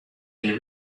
been